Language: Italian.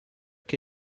che